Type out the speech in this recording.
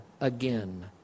again